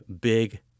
big